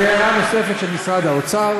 הערה נוספת של משרד האוצר,